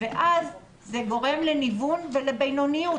מה שגורם לניוון ולבינוניות,